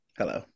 Hello